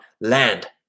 Land